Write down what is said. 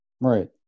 Right